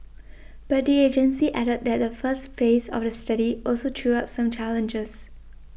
but the agency added that the first phase of the study also threw up some challenges